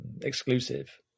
exclusive